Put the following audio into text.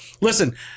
listen